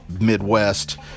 Midwest